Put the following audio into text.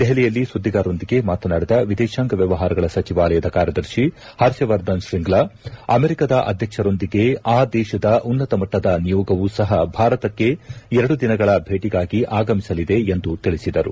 ದೆಪಲಿಯಲ್ಲಿ ಸುದ್ದಿಗಾರರೊಂದಿಗೆ ಮಾತನಾಡಿದ ವಿದೇಶಾಂಗ ವ್ಯವಹಾರಗಳ ಸಚಿವಾಲಯದ ಕಾರ್ಯದರ್ಶಿ ಪರ್ಷವರ್ಧನ್ ಶ್ರಿಂಗ್ಲ ಅಮೆರಿಕದ ಅಧ್ಯಕ್ಷರೊಂದಿಗೆ ಆ ದೇಶದ ಉನ್ನತ ಮಟ್ಟದ ನಿಯೋಗವೂ ಸಹ ಭಾರತಕ್ಕೆ ಎರಡು ದಿನಗಳ ಭೇಟಿಗಾಗಿ ಆಗಮಿಸಲಿದೆ ಎಂದು ತಿಳಿಸಿದರು